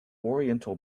oriental